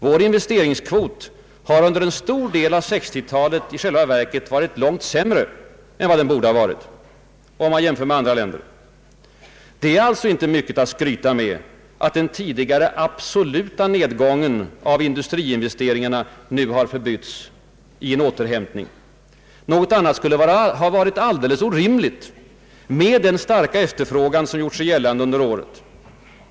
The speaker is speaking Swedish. Vår investeringskvot har under en stor del av 1960-talet i själva verket varit långt sämre än vad den borde ha varit, om man jämför med andra länder. Det är alltså inte mycket att skryta med, att den tidigare absoluta nedgången av industriinvesteringarna nu har förbytts i en återhämtning. Något annat skulle ha varit alldeles orimligt med den starka efterfrågan som gjort sig gällande under året.